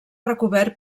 recobert